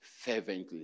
fervently